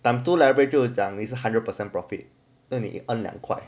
time two leverage 这样讲就是 hundred percent profit then 你 earn 两块